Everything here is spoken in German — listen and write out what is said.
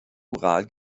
ural